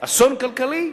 אסון כלכלי.